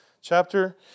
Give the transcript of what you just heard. chapter